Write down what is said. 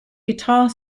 guitar